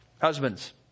husbands